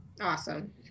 awesome